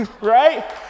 right